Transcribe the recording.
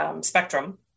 spectrum